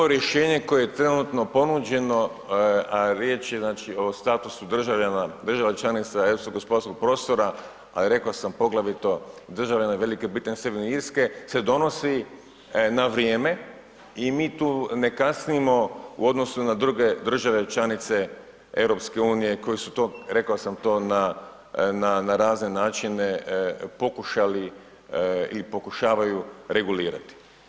Ovo rješenje koje je trenutno ponuđeno a riječ je znači o statusu državljana, država članica europskog gospodarskog prostora a rekao sam poglavito državljana Velike Britanije i Sjeverne Irske se donosi na vrijeme i mi tu ne kasnimo u odnosu na druge države članice EU koji su to rekao sam to na razne načine pokušali ili pokušavaju regulirati.